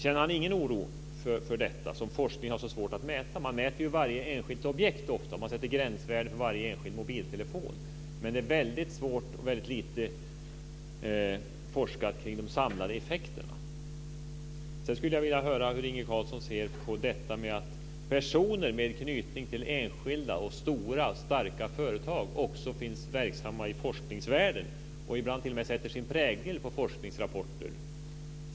Känner Inge Carlsson ingen oro för detta som forskningen har så svårt att mäta? Man mäter ofta varje enskilt objekt, och man sätter gränsvärden för varje enskild mobiltelefon. Det är väldigt lite forskat kring de samlade effekter. Jag skulle också vilja höra hur Inge Carlsson ser på att personer med anknytning till enskilda stora och starka företag också finns verksamma i forskningsvärlden. De sätter ibland t.o.m. sin prägel på forskningsrapporter.